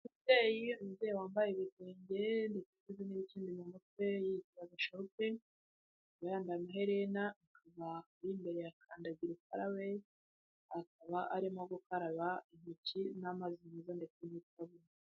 Umubyeyi wambaye ibitenge, akaba afite n'ikindi mu mutwe, yiteye agasharupe, akaba yambaye amaherena, akaba ari imbere ya kandagira ukarabe, akaba arimo gukaraba intoki n'amazi meza ndetse n'isabune.